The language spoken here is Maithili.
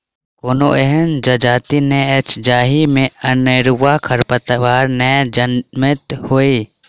कोनो एहन जजाति नै अछि जाहि मे अनेरूआ खरपात नै जनमैत हुए